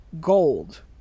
gold